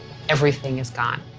everything is gone